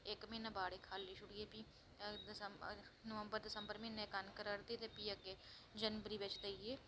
इक म्हीना बाड़ी खाली रौंह्दी नबम्बर दिसम्बर म्हीनै कनक रढ़दी भी जनवरी जनवरी बिच